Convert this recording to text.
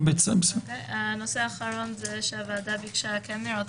נושא אחרון שהוועדה ביקשה כן לראות